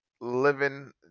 living